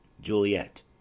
Juliet